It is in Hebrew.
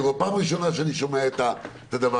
פעם ראשונה שאני שומע את זה.